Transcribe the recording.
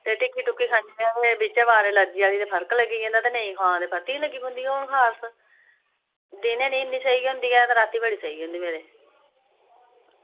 ते टिक्की खन्नी बिच वारें एलर्जी आह्ली ते फर्क पेई जंदा ते नेईं खा ते परतियै होन लग्गी पौंदी खारिश दिनें निं इन्नी सेही होंदी ऐ पर रातीं बड़ी होंदी ऐ